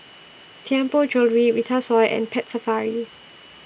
Tianpo Jewellery Vitasoy and Pet Safari